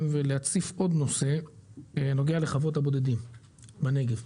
ולהציף עוד נושא הנוגע לחוות הבודדים בנגב.